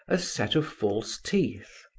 a set of false teeth,